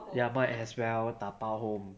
ya might as well 打包 home